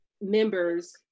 members